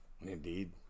Indeed